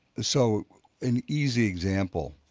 so an easy example